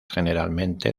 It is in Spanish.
generalmente